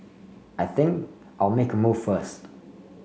I think I'll make move first